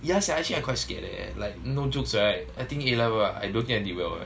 yeah sia actually I quite scared leh like no jokes right I think A level I don't think I can did well leh